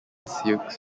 sioux